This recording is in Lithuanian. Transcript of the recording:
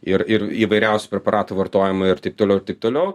ir ir įvairiausių preparatų vartojimai ir taip toliau taip toliau